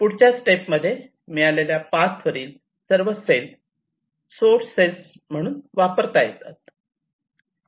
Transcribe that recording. पुढच्या स्टेप मध्ये मिळालेल्या पाथ वरील सर्व सेल सोर्स सेल म्हणून वापरता येतात